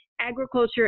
agriculture